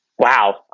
Wow